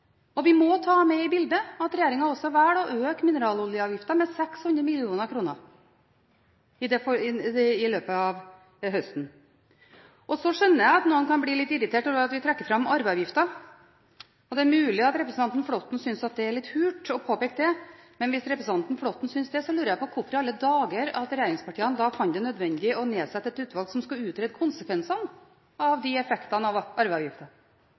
Vi må ta med i bildet at regjeringen også velger å øke mineraloljeavgiften med 600 mill. kr i løpet av høsten. Så skjønner jeg at noen kan bli litt irriterte over at vi trekker fram arveavgiften. Det er mulig at representanten Flåtten synes at det er litt hult å påpeke det, men hvis representanten Flåtten synes det, lurer jeg på hvorfor i alle dager regjeringspartiene fant det nødvendig å nedsette et utvalg som skal utrede konsekvensene av effektene av